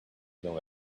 know